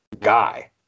guy